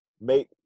make